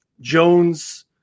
Jones